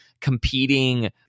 competing